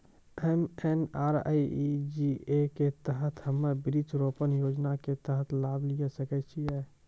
MNREGA के तहत हम्मय वृक्ष रोपण योजना के तहत लाभ लिये सकय छियै?